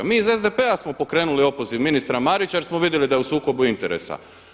Mi iz SDP-a smo pokrenuli opoziv ministra Marića jer smo vidjeli da je u sukobu interesa.